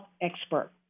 expert